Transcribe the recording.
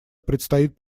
предстоит